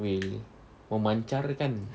will memacarkan